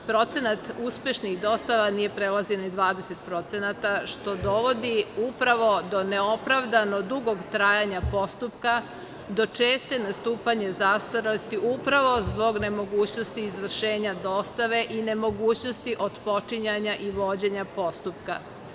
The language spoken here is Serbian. Procenat uspešnih dostava nije prelazio ni 20% što dovodi upravo do neopravdano dugog trajanja postupka, do čestog nastupanja zastarelosti upravo zbog nemogućnosti izvršenja dostave i nemogućnosti otpočinjanja i vođenja postupka.